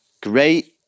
great